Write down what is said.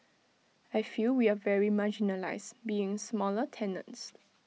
I feel we are very marginalised being smaller tenants